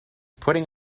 putting